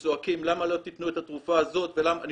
וצועקים: למה לא תקנו את התרופה הזו ולמה --- אני